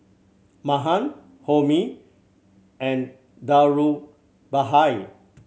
Mahan Homi and Dhirubhai